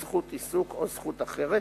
זכות עיסוק או זכות אחרת,